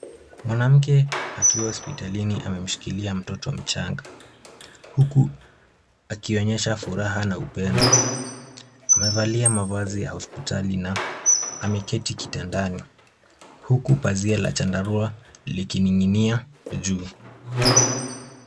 Mwanamke akiwa hospitalini, amemshikilia mtoto mchanga, huku akionyesha furaha na upendo, amevalia mavazi ya hospitali na ameketi kitandani, huku pazia la chandarua likining'inia juu.